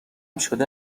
شده